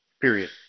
Period